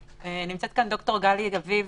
נמצאת כאן ד"ר גלי אביב,